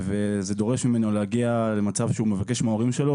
זה דורש ממנו להגיע למצב שהוא מבקש מההורים שלו,